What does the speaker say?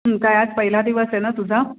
काय आज पहिला दिवस आहे ना तुझा